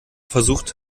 versucht